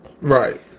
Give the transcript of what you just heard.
Right